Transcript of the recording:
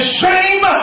shame